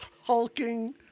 hulking